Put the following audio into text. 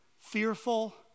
fearful